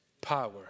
power